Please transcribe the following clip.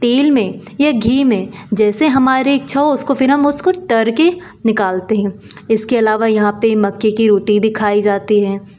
तेल में या घी में जैसे हमारी इच्छा हो उसको फिर हम उसको तल कर निकालते हैं इसके अलावा यहाँ पर मक्के की रोटी भी खाई जाती है